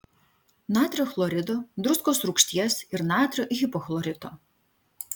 natrio chlorido druskos rūgšties ir natrio hipochlorito